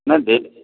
ହଁ